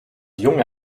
junge